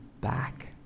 back